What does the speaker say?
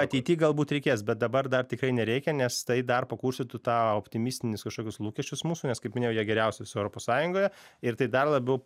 ateity galbūt reikės bet dabar dar tikrai nereikia nes tai dar pakurstytų tą optimistinius kažkokius lūkesčius mūsų nes kaip minėjau jie geriausi visoj europos sąjungoje ir tai dar labiau